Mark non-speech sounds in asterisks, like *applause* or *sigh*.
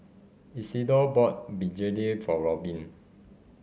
Isidor bought Begedil for Robin *noise*